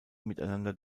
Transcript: miteinander